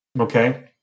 Okay